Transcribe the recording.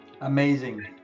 Amazing